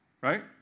right